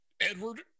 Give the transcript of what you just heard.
Edward